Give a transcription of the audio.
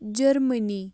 Germany